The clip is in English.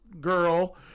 girl